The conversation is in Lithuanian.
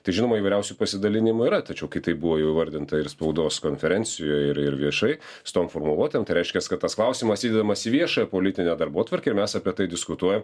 tai žinoma įvairiausių pasidalinimų yra tačiau kai tai buvo jau įvardinta ir spaudos konferencijoj ir ir viešai su tom formuluotėm tai reiškias kad tas klausimas įdedamas į viešąją politinę darbotvarkę ir mes apie tai diskutuojam